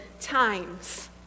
times